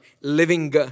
living